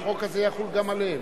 החוק הזה יחול גם עליהם.